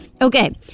Okay